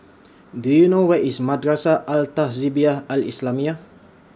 Do YOU know Where IS Madrasah Al Tahzibiah Al Islamiah